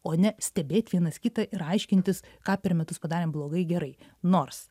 o ne stebėt vienas kitą ir aiškintis ką per metus padarėm blogai gerai nors